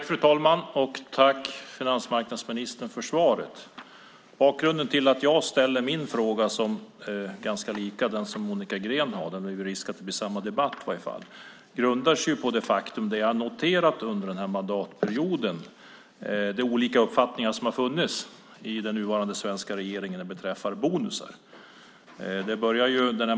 Fru talman! Jag vill tacka finansmarknadsministern för svaret. Bakgrunden till min fråga - som är ganska lika den som Monica Green ställt, och det finns risk att det blir samma debatt - är det faktum att jag under den här mandatperioden noterat de olika uppfattningar som har funnits i den nuvarande svenska regeringen beträffande bonusar.